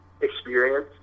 experience